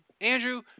Andrew